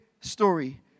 story